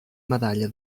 medalla